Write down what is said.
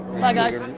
bye guys.